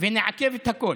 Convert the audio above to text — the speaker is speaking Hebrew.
ונעכב את הכול,